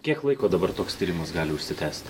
kiek laiko dabar toks tyrimas gali užsitęsti